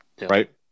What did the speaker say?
right